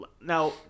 now